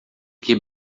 que